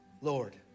Lord